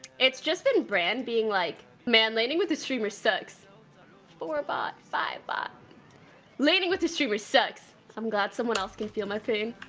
it's just been brand being like man laning with the streamer sucks four bot, five bot laning with the streamers sucks, so i'm glad someone else can feel my pain